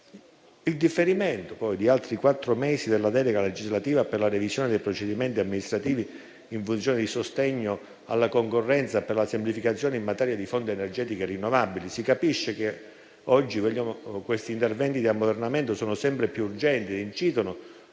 il differimento di altri quattro mesi della delega legislativa per la revisione dei procedimenti amministrativi in funzione di sostegno alla concorrenza per la semplificazione in materia di fonti energetiche rinnovabili: si capisce che oggi questi interventi di ammodernamento sono sempre più urgenti e incidono